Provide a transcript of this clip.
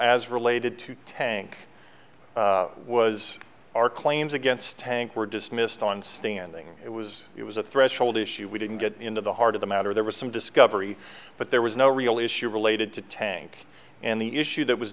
as related to tank was our claims against tank were dismissed on standing it was it was a threshold issue we didn't get into the heart of the matter there was some discovery but there was no real issue related to tank and the issue that was